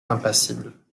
impassible